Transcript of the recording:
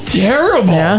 terrible